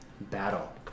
battle